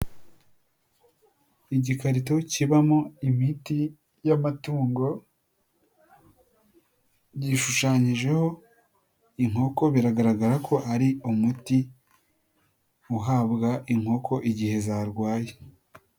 Igikarito kibamo imiti y'amatungo, yishushanyijeho, inkoko biragaragara ko ari umuti, uhabwa inkoko igihe zarwaye.